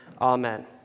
Amen